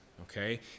Okay